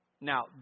Now